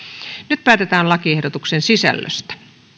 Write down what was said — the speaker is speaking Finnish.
nyt päätetään lakiehdotuksen sisällöstä